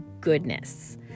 goodness